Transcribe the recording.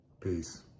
Peace